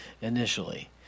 initially